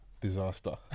Disaster